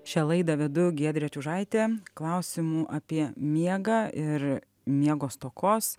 šią laidą vedu giedrė čiužaitė klausimų apie miegą ir miego stokos